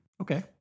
Okay